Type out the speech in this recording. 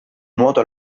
nuoto